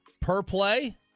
per-play